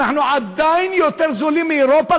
אנחנו עדיין יותר זולים מאירופה.